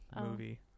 movie